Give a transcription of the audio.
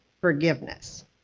forgiveness